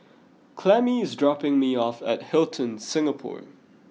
Clemmie is dropping me off at Hilton Singapore